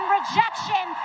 rejection